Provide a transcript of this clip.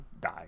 die